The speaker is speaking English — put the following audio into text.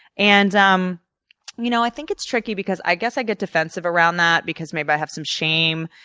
and um you know i think it's tricky because i guess i get defensive around that because maybe i have some shame.